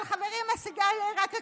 אבל, חברים, הסיגריה היא רק הקדימון,